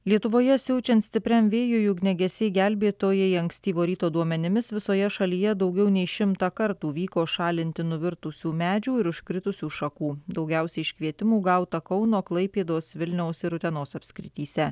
lietuvoje siaučiant stipriam vėjui ugniagesiai gelbėtojai ankstyvo ryto duomenimis visoje šalyje daugiau nei šimtą kartų vyko šalinti nuvirtusių medžių ir užkritusių šakų daugiausiai iškvietimų gauta kauno klaipėdos vilniaus ir utenos apskrityse